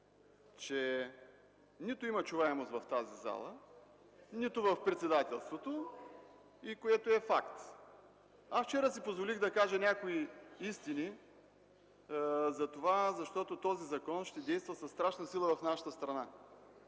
че нито има чуваемост в тази зала, нито в председателството, което е факт. Аз вчера си позволих да кажа някои истини, защото този закон ще действа със страшна сила в нашата страна.